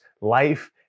life